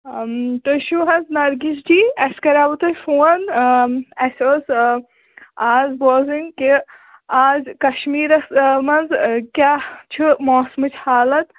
تُہۍ چھُو حظ نرگِس جی اَسہِ کَرایہِ تۄہہِ فون اَسہِ اوس آز بوزٕنۍ کہِ آز کشمیٖرس منٛز کیٛاہ چھُ موسمٕچ حالت